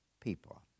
people